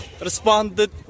responded